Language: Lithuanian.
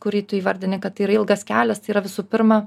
kurį tu įvardini kad tai yra ilgas kelias tai yra visų pirma